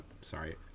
sorry